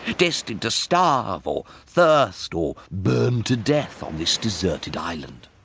destined to starve or thirst or burn to death on this deserted island.